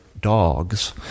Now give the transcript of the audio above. dogs